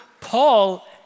Paul